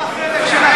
מה החלק של,